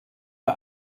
for